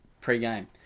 pre-game